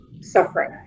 suffering